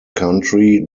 country